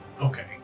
okay